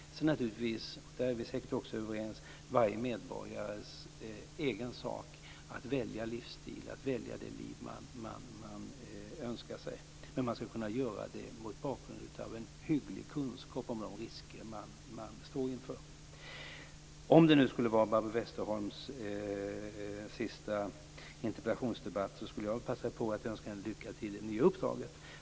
Sedan är det naturligtvis - och där är vi också säkert överens - varje medborgares egen sak att välja livsstil och det liv som man önskar sig. Men man skall kunna göra det mot bakgrund av en hygglig kunskap om de risker som man utsätter sig för. Om nu detta skulle vara Barbro Westerholms sista interpellationsdebatt vill jag passa på att önska lycka till inför det nya uppdraget.